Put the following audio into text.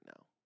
now